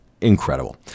incredible